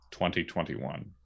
2021